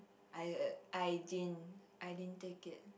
I uh I didn't I didn't take it